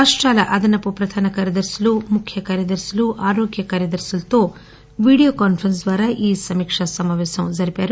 రాష్టాల అదనపు ప్రధాన కార్యదర్శులు ముఖ్య కార్యదర్శులు ఆరోగ్య కార్యదర్శులతో వీడియో కాన్పరెస్ప్ ద్వారా ఈ సమీకా సమాపేశం నిర్వహించారు